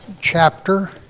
chapter